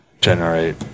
generate